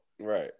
Right